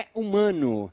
humano